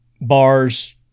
bars